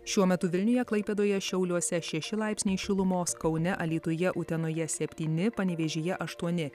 šiuo metu vilniuje klaipėdoje šiauliuose šeši laipsniai šilumos kaune alytuje utenoje septyni panevėžyje aštuoni